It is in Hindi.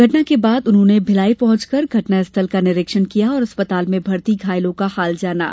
घटना के बाद उन्होंने भिलाई पहुंचकर घटना स्थल का निरीक्षण किया और अस्पताल में भर्ती घायलों का हाल जाना